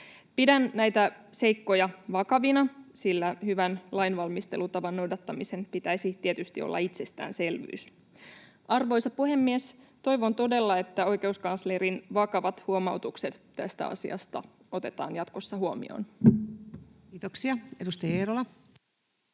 Pidän näitä seikkoja vakavina, sillä hyvän lainvalmistelutavan noudattamisen pitäisi tietysti olla itsestäänselvyys. Arvoisa puhemies! Toivon todella, että oikeuskanslerin vakavat huomautukset tästä asiasta otetaan jatkossa huomioon. [Speech 11] Speaker: